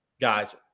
guys